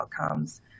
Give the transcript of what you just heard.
outcomes